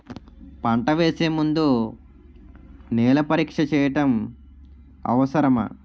పంట వేసే ముందు నేల పరీక్ష చేయటం అవసరమా?